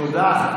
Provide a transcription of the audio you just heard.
תודה.